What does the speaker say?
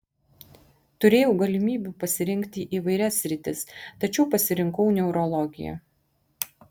turėjau galimybių pasirinkti įvairias sritis tačiau pasirinkau neurologiją